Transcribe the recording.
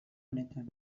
honetan